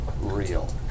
real